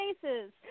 faces